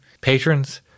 Patrons